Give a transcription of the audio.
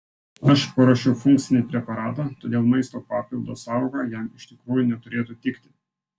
aš paruošiau funkcinį preparatą todėl maisto papildo sąvoka jam iš tikrųjų neturėtų tikti